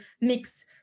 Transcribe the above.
mix